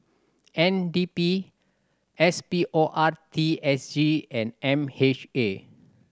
N D P S P O R T S G and M H A